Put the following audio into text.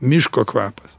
miško kvapas